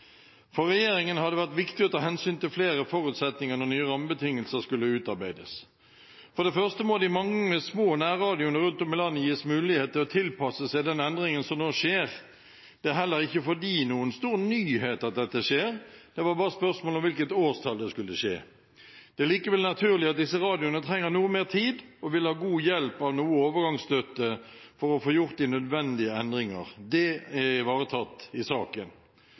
For regjeringen har det vært viktig å ta hensyn til flere forutsetninger når nye rammebetingelser skulle utarbeides. For det første må de mange små nærradioene rundt om i landet gis mulighet til å tilpasse seg den endringen som nå skjer. Det er heller ikke for dem noen stor nyhet at dette skjer, det var bare spørsmål om hvilket årstall det skulle skje. Det er likevel naturlig at disse radioene trenger noe mer tid, og vil ha god hjelp av noe overgangsstøtte for å få gjort de nødvendige endringer. Det er ivaretatt i saken.